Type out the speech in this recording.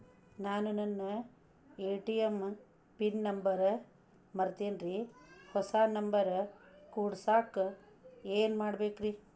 ನಾನು ನನ್ನ ATM pin number ಮರ್ತೇನ್ರಿ, ಹೊಸಾ ನಂಬರ್ ಕುಡಸಾಕ್ ಏನ್ ಮಾಡ್ಬೇಕ್ರಿ?